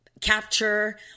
capture